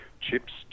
chips